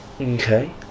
Okay